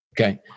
Okay